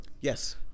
Yes